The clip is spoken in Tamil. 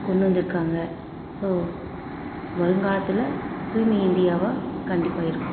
கொண்டு வந்திருக்காங்க ஸோ வருங்காலத்தில் தூய்மை இந்தியாவாக கண்டிப்பாக இருக்கும்